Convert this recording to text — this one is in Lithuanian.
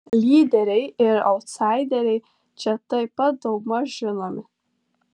lyderiai ir autsaideriai čia taip pat daugmaž žinomi